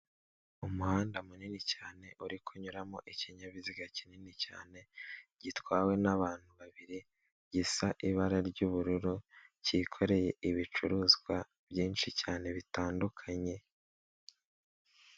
Umuhanda munini cyane uri kunyuramo ikinyabiziga kinini cyane gitwawe n'abantu babiri, gisa ibara ry'ubururu, cyikoreye ibicuruzwa byinshi cyane bitandukanye.